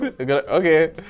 Okay